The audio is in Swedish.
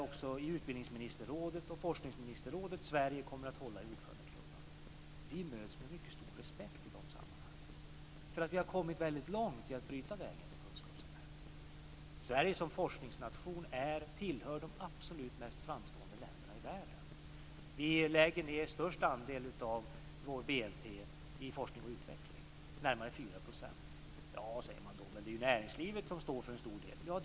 Också i utbildningsministerrådet och forskningsministerrådet kommer Sverige att hålla i ordförandeklubban. Vi möts med stor respekt i de sammanhangen därför att vi har kommit långt i att bryta väg för kunskapssamhället. Sverige som forskningsnation tillhör de absolut mest framstående länderna i världen. Vi lägger ned störst andel av vår BNP i forskning och utveckling, närmare 4 %. Ja, säger man då, men det är ju näringslivet som står för en stor del.